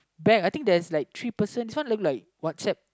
bag and I think there's a like three person this one look like Whats App